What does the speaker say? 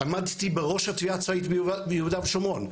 עמדתי בראש היחידה הצבאית ביהודה ושומרון,